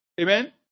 Amen